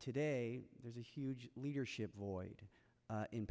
today there's a huge leadership void in